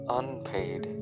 unpaid